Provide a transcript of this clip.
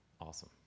Awesome